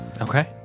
Okay